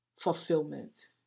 fulfillment